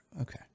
Okay